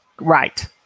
Right